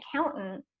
accountant